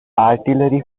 artillery